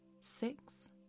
six